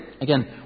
Again